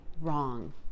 wrong